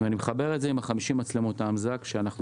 אני מחבר את זה עם 50 מצלמות אמז"ק שאנחנו